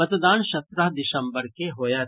मतदान सत्रह दिसम्बर के होयत